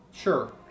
Sure